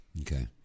Okay